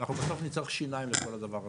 אנחנו בסוף נצטרך שיניים לכל הדבר הזה.